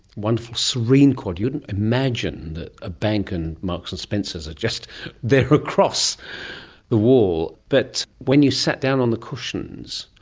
wonderful serene quad. you wouldn't imagine that a bank and marks and spencers are just there across the wall. but when you sat down on the cushions,